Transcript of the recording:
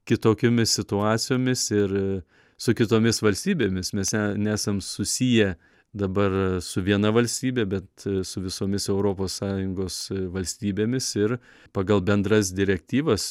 kitokiomis situacijomis ir su kitomis valstybėmis mes e nesam susiję dabar su viena valstybe bet su visomis europos sąjungos valstybėmis ir pagal bendras direktyvas